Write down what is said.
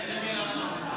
אתה רוצה לענות?